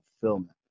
fulfillment